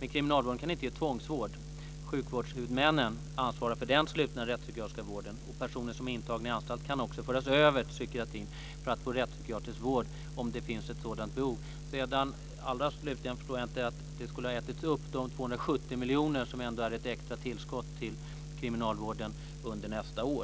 Men kriminalvården kan inte ge tvångsvård. Sjukvårdshuvudmännen ansvarar för den slutna rättspsykiatriska vården. Personer som är intagna på anstalt kan också föras över till psykiatrin för att få rättspsykiatrisk vård, om det finns ett sådant behov. Slutligen förstår jag inte det som sägs om att de 270 miljonerna skulle ha ätits upp. De är ett extra tillskott till kriminalvården under nästa år.